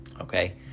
Okay